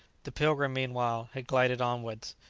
the pilgrim, meanwhile, had glided onwards,